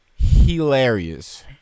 Hilarious